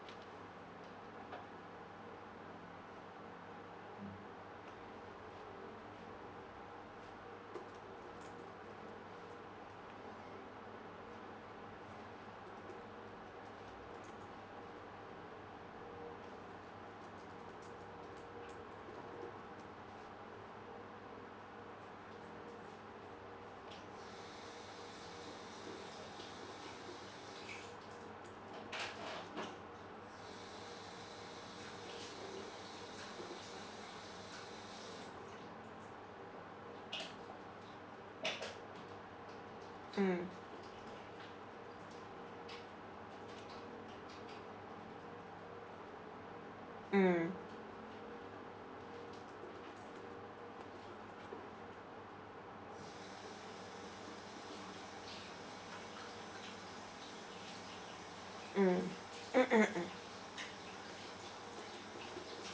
mm mm mm mm mm mm